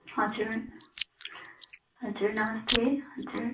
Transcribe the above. हजुर हजुर नमस्ते हजुर